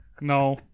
No